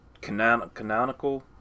canonical